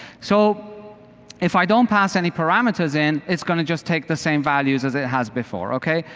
so if i don't pass any parameters in, it's going to just take the same values as it has before, okay?